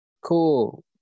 cool